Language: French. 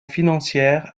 financière